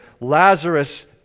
Lazarus